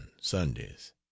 sundays